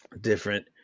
different